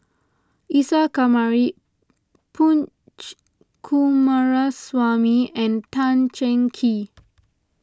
Isa Kamari Punch Coomaraswamy and Tan Cheng Kee